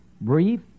Brief